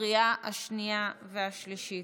לקריאה השנייה והשלישית.